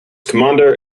commander